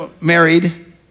married